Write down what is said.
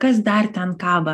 kas dar ten kaba